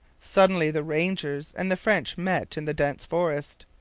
suddenly the rangers and the french met in the dense forest.